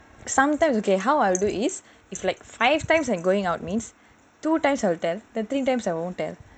sometimes okay how I do is like five times I going out means two times I will tell three times I won't tell